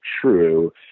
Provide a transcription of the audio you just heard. true